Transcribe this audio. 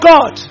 God